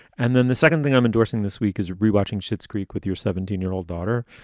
and then the second thing i'm endorsing this week is relaunching schitt's creek with your seventeen year old daughter.